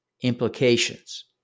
implications